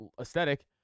aesthetic